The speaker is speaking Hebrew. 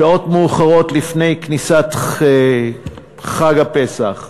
שעות מאוחרות לפני כניסת חג הפסח,